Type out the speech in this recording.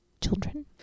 children